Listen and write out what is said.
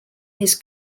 his